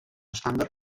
estàndard